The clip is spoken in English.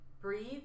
breathe